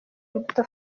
imbuto